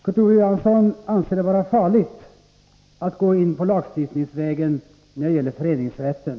Kurt Ove Johansson anser det vara farligt att slå in på lagstiftningsvägen när det gäller föreningsrätten.